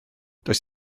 does